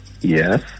Yes